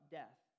death